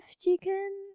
chicken